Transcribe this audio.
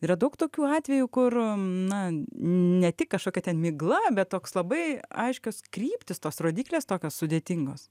yra daug tokių atvejų kur na ne tik kažkokia ten migla bet toks labai aiškios kryptys tos rodyklės tokios sudėtingos